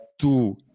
two